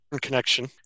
connection